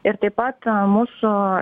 ir taip pat mūsų